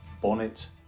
bonnet